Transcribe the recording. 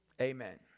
Amen